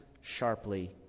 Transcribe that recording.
sharply